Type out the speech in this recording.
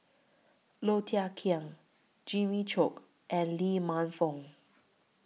Low Thia Khiang Jimmy Chok and Lee Man Fong